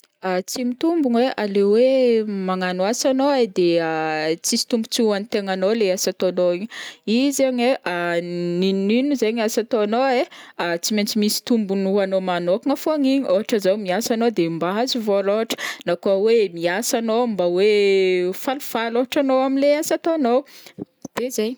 Tsy mitombogno ai leha hoe magnano asa anao ai de ah tsisy tombontsoa hoan'ny tegnanao leha asa ataonao io, io zaign ai n'inon'ino zaign asa ataonao ai tsy maintsy misy tombony ho anao manokagna fogna igny, ohatra zao miasa anao de mba ahazo vôla ohatra na koa hoe miasa anao mba hoe falifaly ohatra anao am le asa ataonao, de zay.